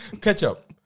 Ketchup